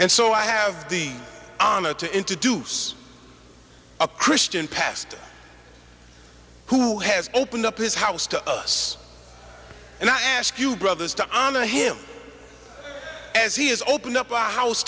and so i have the honor to introduce a christian pastor who has opened up his house to us and i ask you brothers to honor him as he has opened up our house